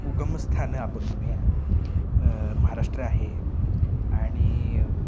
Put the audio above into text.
उगम स्थान आपण म्हणूया महाराष्ट्र आहे आणि